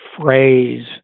phrase